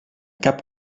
cap